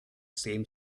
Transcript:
same